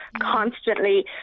constantly